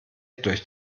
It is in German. durch